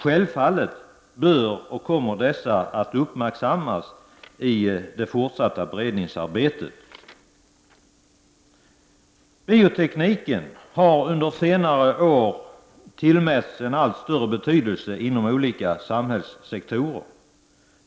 Självfallet bör och kommer dessa att uppmärksammas i det fortsatta beredningsarbetet. Biotekniken har under senare år tillmätts en allt större betydelse inom olika samhällssektorer.